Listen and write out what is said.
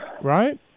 Right